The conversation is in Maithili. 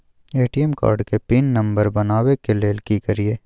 ए.टी.एम कार्ड के पिन नंबर बनाबै के लेल की करिए?